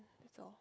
that's all